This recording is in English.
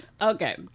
Okay